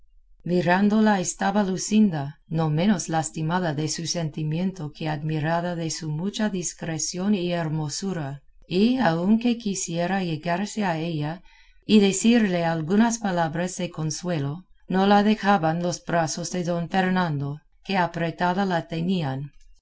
mirándola estaba luscinda no menos lastimada de su sentimiento que admirada de su mucha discreción y hermosura y aunque quisiera llegarse a ella y decirle algunas palabras de consuelo no la dejaban los brazos de don fernando que apretada la tenían